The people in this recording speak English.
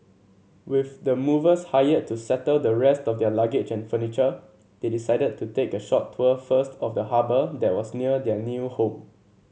with the movers hired to settle the rest of their luggage and furniture they decided to take a short tour first of the harbour that was near their new home